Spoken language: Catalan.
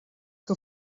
que